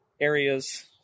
areas